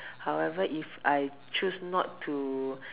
however if I choose not to